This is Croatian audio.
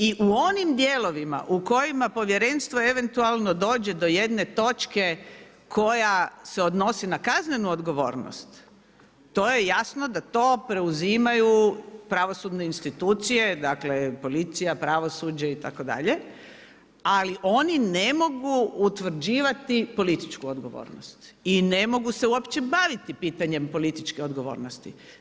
I u onim dijelovima u kojima Povjerenstvo eventualno dođe do jedne točke koja se odnosi na kaznenu odgovornost, to je jasno da to preuzimaju pravosudne institucije, dakle policija, pravosuđe itd., ali oni ne mogu utvrđivati političku odgovornost i ne mogu se uopće baviti pitanjem političke odgovornosti.